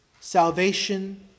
salvation